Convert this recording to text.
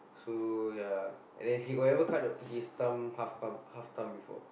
so ya and then he got ever cut his thumb half thumb half thumb before